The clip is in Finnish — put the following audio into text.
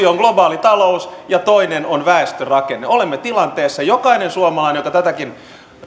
on globaalitalous ja toinen on väestörakenne me olemme tilanteessa jokainen suomalainen joka tätäkin